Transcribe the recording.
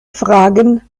fragen